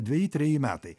dveji treji metai